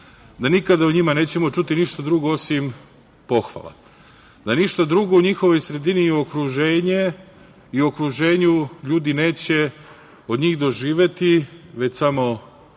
da nikada o njima nećemo čuti ništa drugo osim pohvala, da ništa drugo u njihovoj sredini i okruženju ljudi neće od njih doživeti, već samo